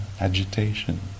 agitation